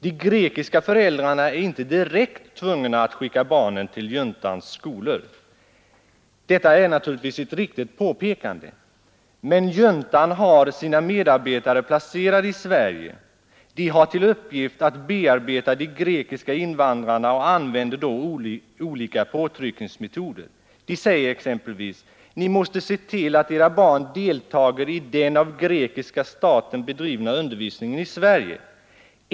De grekiska föräldrarna är inte direkt tvungna att skicka barnen till juntans skolor — detta är naturligtvis ett riktigt påpekande. Men juntan har sina medarbetare placerade i Sverige. De har till uppgift att bearbeta de grekiska invandrarna och använder då olika påtryckningsmetoder. De säger exempelvis: Ni må te se till att era barn deltager i den av grekiska staten bedrivna undervisningen i Sverige.